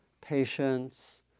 patience